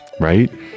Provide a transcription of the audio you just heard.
Right